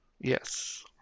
Yes